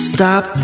Stop